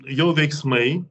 jo veiksmai